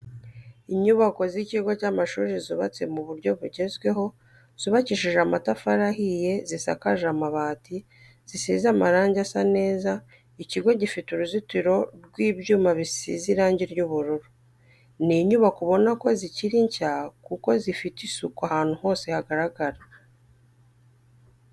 Inyubako y'ikigo cy'amashuri zubatse mu buryo bugezweho zubakishije amatafari ahiye zisakaje amabati zisize amarange asa neza, ikigo gifite uruzitiro rw'ibyuma bisize irangi ry'ubururu. Ni inyubako ubona ko zikiri nshya kuko zifite isuku ahantu hose hagaragara.